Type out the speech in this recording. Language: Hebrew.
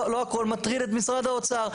לא הכול מטריד את משרד האוצר,